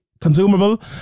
consumable